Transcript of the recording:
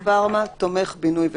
פארמה; תומך בינוי ותשתיות,